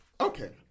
Okay